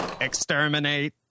Exterminate